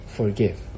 forgive